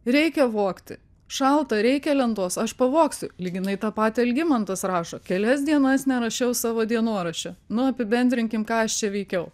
reikia vogti šalta reikia lentos aš pavogsiu lyginai tą patį algimantas rašo kelias dienas nerašiau savo dienoraščio apibendrinkim ką aš čia veikiau